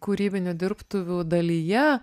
kūrybinių dirbtuvių dalyje